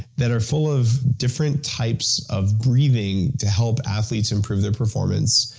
that are full of different types of breathing to help athletes improve their performance.